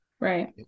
Right